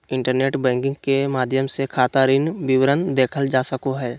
internet banking के माध्यम से खाता ऋण विवरण देखल जा सको हइ